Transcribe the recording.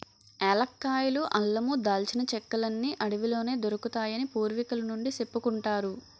ఏలక్కాయలు, అల్లమూ, దాల్చిన చెక్కలన్నీ అడవిలోనే దొరుకుతాయని పూర్వికుల నుండీ సెప్పుకుంటారు